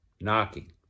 knocking